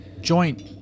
Joint